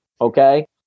Okay